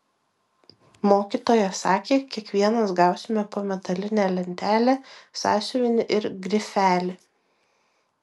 mokytoja sakė kiekvienas gausime po metalinę lentelę sąsiuvinį ir grifelį